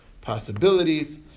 possibilities